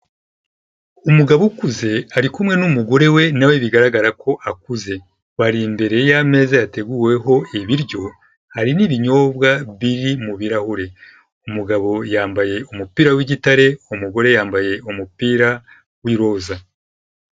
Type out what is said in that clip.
Umugabo ukuze ari kumwe n'umugore we na we bigaragara ko akuze. Bari imbere y'ameza yateguweho ibiryo, hari n'ibinyobwa biri mu birahure. Umugabo yambaye umupira w'igitare, umugore yambaye umupira w'iroza.